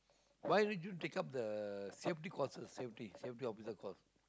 why will you take up the safety courses safety safety officer course